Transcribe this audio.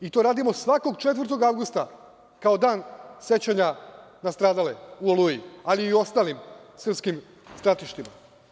I to radimo svakog 4. avgusta kao Dan sećanja na stradale u "Oluji", ali i u ostalim srpskim stratištima.